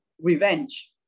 revenge